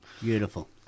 Beautiful